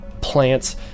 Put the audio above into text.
plants